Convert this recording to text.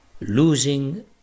Losing